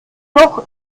noch